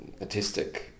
Autistic